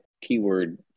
keyword